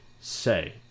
say